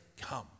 come